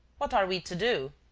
what are we to do?